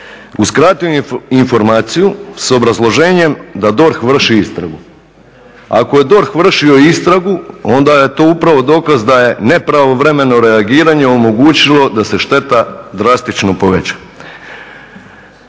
uskratio informaciju s obrazloženjem da DORH vrši istragu. Ako je DORH vršio istragu onda je to upravo dokaz da je nepravovremeno reagiranje omogućilo da se šteta drastično poveća.